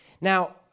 Now